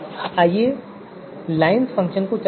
आइए lines function चलाते हैं